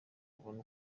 kubona